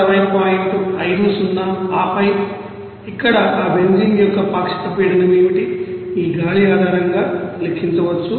50 ఆపై ఇక్కడ ఆ బెంజీన్ యొక్క పాక్షిక పీడనం ఏమిటి ఈ గాలి ఆధారంగా లెక్కించవచ్చు